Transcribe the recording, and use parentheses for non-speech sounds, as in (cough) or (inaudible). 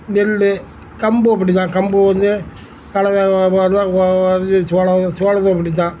நெல் கம்பும் அப்படி தான் கம்பு வந்து கள (unintelligible) சோளம் சோளமும் அப்படி தான்